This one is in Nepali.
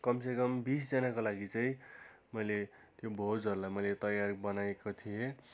कमसेकम बिस जनाको लागि चाहिँ मैले त्यो भोजहरूलाई मैले तैयारी बनाएको थिएँ